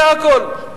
זה הכול.